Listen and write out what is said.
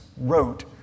wrote